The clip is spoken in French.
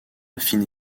fine